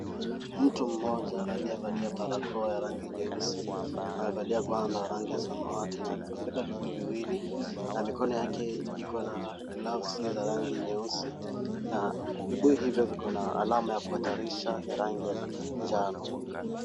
Mtu mmoja aliyevalia barakoa ya rangi nyeusi amevalia gwanda ya rangi ya samawati na amebeba vibuyu viwili na mikono yake iko na gloves za rangi nyeusi na vibuyu hivyo viko na alama ya kuhatarisha ya rangi ya njano.